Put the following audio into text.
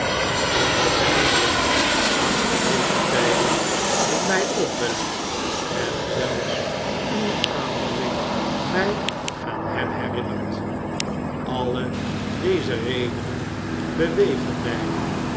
omdat herinneringen aan verloopen tijden in mij opwellen en zelfs uw aanblik mij aan hem herinnert alle deze redenen bewegen mij